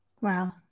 Wow